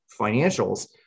financials